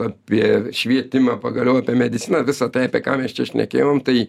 apie švietimą pagaliau apie mediciną visa tai apie ką mes čia šnekėjom tai